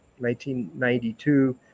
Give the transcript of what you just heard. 1992